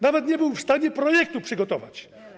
Nawet nie był w stanie projektu przygotować.